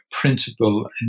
principle